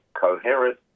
coherent